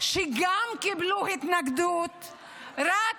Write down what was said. שגם קיבלו התנגדות רק,